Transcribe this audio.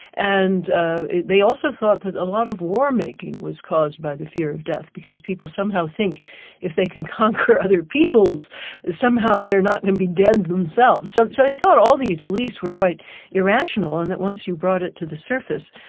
and ah they also thought that a lot of war-making was caused by the fear of death, because people somehow think if they can conquer other peoples somehow they're not going to be dead themselves. so so they thought all these beliefs were quite irrational, and that once you brought it to the surface,